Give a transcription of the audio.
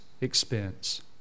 expense